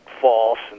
false